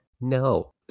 No